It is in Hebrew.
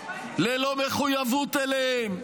ללא מחויבות אליהם,